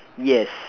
yes